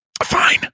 Fine